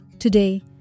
Today